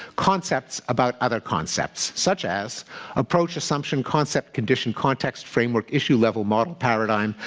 concepts about other concepts, such as approach, assumption, concept, condition, context framework, issue, level, model, paradigm,